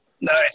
Nice